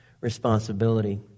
responsibility